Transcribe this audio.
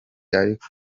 ariko